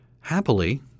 Happily –